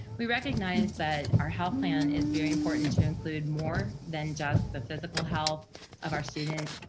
we recognize that our health plan is very important to include more than just the physical health of our students.